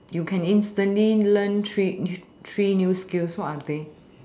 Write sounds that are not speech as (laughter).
you can instantly learn three (noise) three new skills what are they